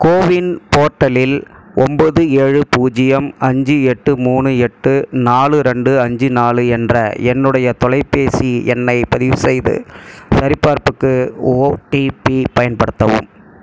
CoWIN போர்ட்டலில் ஒம்பது ஏழு பூஜ்ஜியம் அஞ்சு எட்டு மூணு எட்டு நாலு ரெண்டு அஞ்சு நாலு என்ற என்னுடைய தொலைபேசி எண்ணைப் பதிவு செய்து சரிபார்ப்புக்கு ஓடிபி பயன்படுத்தவும்